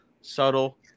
subtle